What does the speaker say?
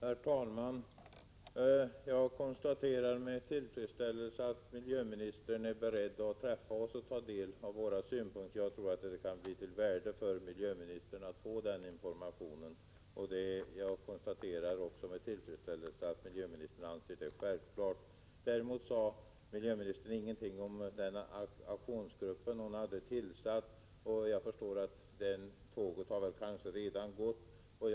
Herr talman! Jag konstaterar med tillfredsställelse att miljöministern är beredd att träffa oss och ta del av våra synpunkter. Jag tror att det kan bli av värde för miljöministern att få den informationen. Med tillfredsställelse konstaterar jag också att miljöministern anser detta självklart. Däremot sade miljöministern ingenting om den aktionsgrupp hon har tillsatt. Jag förstår att det tåget kanske redan har gått.